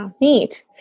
Neat